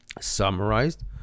Summarized